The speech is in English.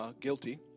guilty